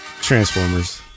Transformers